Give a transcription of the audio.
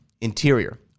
Interior